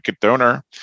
donor